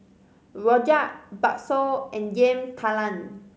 rojak bakso and Yam Talam